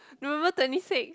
November twenty six